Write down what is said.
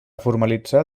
formalitzar